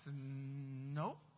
no